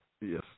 Yes